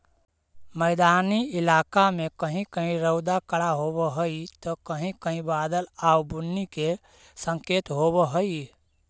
मैदानी इलाका में कहीं कहीं रउदा कड़ा होब हई त कहीं कहीं बादल आउ बुन्नी के संकेत होब हई